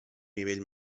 nivell